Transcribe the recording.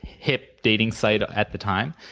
hip dating site at the time,